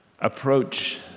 approach